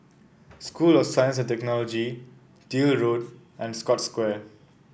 school of Science Technology Deal Road and Scotts Square